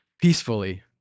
peacefully